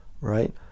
right